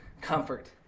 comfort